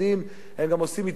הם גם עושים מצווה גדולה.